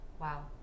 Wow